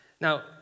Now